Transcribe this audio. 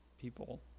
people